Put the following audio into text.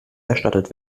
erstattet